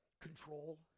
Control